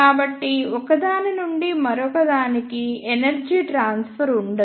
కాబట్టి ఒకదాని నుండి మరొకదానికి ఎనర్జీ ట్రాన్ఫర్ ఉండదు